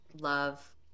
love